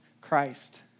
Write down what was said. Christ